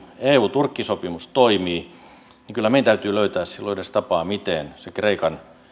eu turkki sopimus toimii niin kyllä meidän täytyy löytää silloin edes tapa miten se kreikan